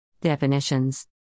Definitions